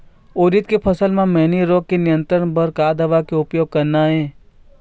उरीद के फसल म मैनी रोग के नियंत्रण बर का दवा के उपयोग करना ये?